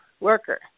worker